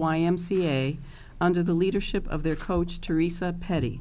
a under the leadership of their coach to reset petty